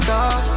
God